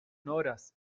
horas